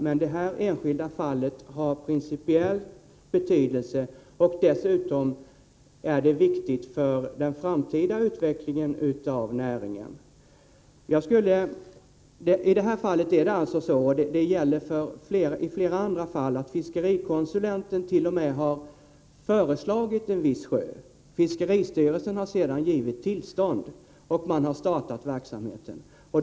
Men detta enskilda fall har principiell betydelse, och dessutom är det viktigt för den framtida utvecklingen av näringen. I detta fall — och det gäller flera andra fall — har fiskerikonsulenten föreslagit en viss sjö och fiskeristyrelsen gett tillstånd, och sedan har man startat verksamheten.